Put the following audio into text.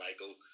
Michael